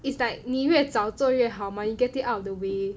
it's like 你越早做越好吗 you get it out of the way